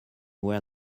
where